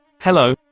Hello